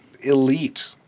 Elite